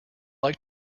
like